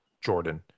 Jordan